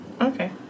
Okay